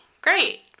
great